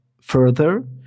further